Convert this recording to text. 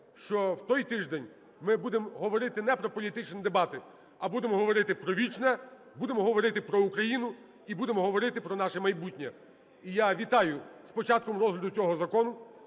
що в той тиждень ми будемо говорити не про політичні дебати, а будемо говорити про вічне, будемо говорити про Україну і будемо говорити про наше майбутнє. І я вітаю з початком розгляду цього закону.